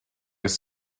les